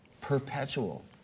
perpetual